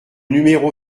numéro